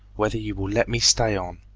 whether you will let me stay on,